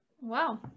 Wow